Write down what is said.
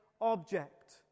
object